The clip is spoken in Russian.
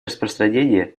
распространение